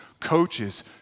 coaches